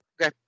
Okay